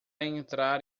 entrar